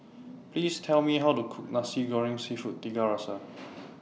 Please Tell Me How to Cook Nasi Goreng Seafood Tiga Rasa